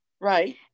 right